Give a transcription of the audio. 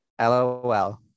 LOL